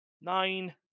Nine